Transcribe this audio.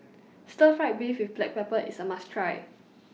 Stir Fried Beef with Black Pepper IS A must Try